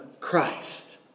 Christ